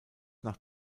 nach